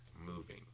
moving